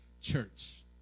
Church